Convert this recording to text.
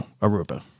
Aruba